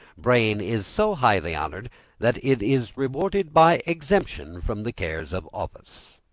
brain is so highly honored that it is rewarded by exemption from the cares of office.